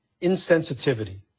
insensitivity